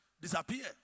disappear